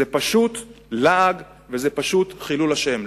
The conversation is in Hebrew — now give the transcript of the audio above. זה פשוט לעג וזה פשוט חילול השם.